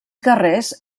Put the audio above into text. guerrers